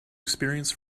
experience